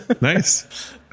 Nice